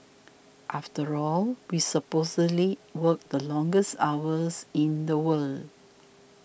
after all we supposedly work the longest hours in the world